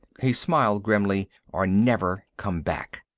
he smiled grimly. or never come back.